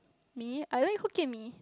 me I don't eat Hokkien-Mee